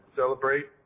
celebrate